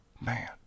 Man